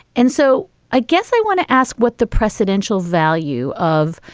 and so i guess i want to ask what the precedential value of,